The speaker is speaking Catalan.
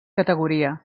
categoria